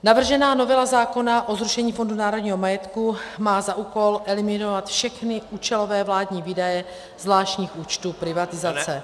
Navržená novela zákona o zrušení Fondu národního majetku má za úkol eliminovat všechny účelové vládní výdaje zvláštních účtů privatizace.